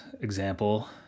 example